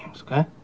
okay